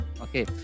okay